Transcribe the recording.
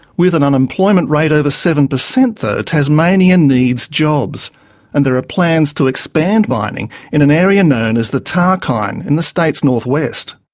with an unemployment rate over seven percent though, tasmania needs jobs and there are plans to expand mining in an area known as the tarkine in the state's north-west.